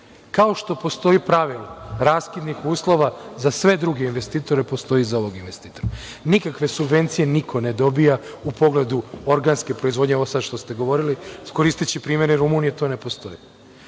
Kao što postoji pravilo raskidnih uslova za sve druge investitore, postoji i za ovog investitora. Nikakve subvencije niko ne dobija u pogledu organske proizvodnje, ovo sad što ste govorili koristeći primere Rumunije, to ne postoji. Morate